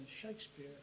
Shakespeare